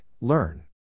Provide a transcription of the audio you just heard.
Learn